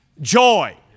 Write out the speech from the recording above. joy